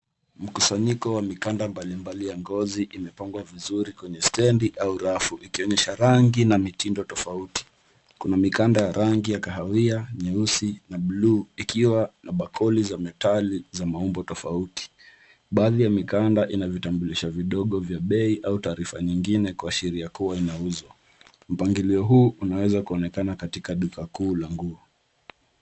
Mkusanyiko wa mikanda mbalimbali ya ngozi imepangwa vizuri kwenye stendi au rafu ikionyesha rangi na mitindo tofauti. Kuna mikanda ya rangi ya kahawia, nyeusi na buluu ikiwa na bakoli za metali za maumbo tofauti. Baadhi ya mikanda ina vitambulisho vidogo vya bei au taarifa nyingine kuashiria kuwa inauswa. Mpangilio huu unaweza kuonekana katika duka kuu la nguo.